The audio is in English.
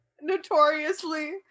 Notoriously